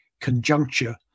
conjuncture